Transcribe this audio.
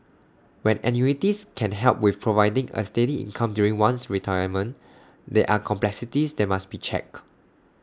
when annuities can help with providing A steady income during one's retirement there are complexities that must be checked